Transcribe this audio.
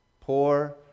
poor